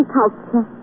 culture